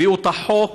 הביאו את החוק